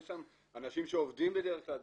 אנשים שעובדים בדרך כלל,